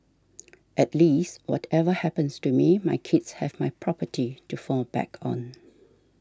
at least whatever happens to me my kids have my property to fall back on